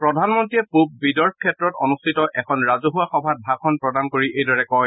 প্ৰধানমন্ত্ৰীয়ে পূব বিদৰ্ভ ক্ষেত্ৰত অনুষ্ঠিত এখন ৰাজহুৱা সবাত ভাষণ প্ৰদান কৰি এইদৰে কয়